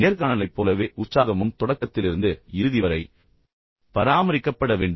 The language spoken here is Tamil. நேர்காணலைப் போலவே உற்சாகமும் தொடக்கத்திலிருந்து இறுதி வரை பராமரிக்கப்பட வேண்டும்